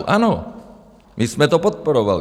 Ano, my jsme to podporovali.